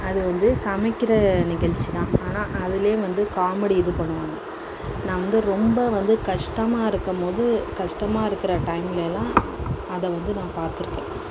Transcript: அதுவந்து சமைக்கிற நிகழ்ச்சி தான் ஆனால் அதுலையே வந்து காமெடி இது பண்ணுவாங்க நான் வந்து ரொம்ப வந்து கஷ்டமாக இருக்குமோது கஷ்டமாக இருக்கிற டைமில் எல்லாம் அதை வந்து நான் பார்த்துருக்கேன்